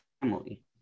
family